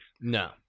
No